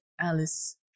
Alice